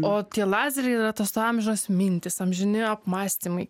o tie lazeriai yra tos amžinos mintys amžini apmąstymai